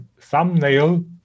thumbnail